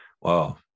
Wow